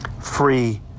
free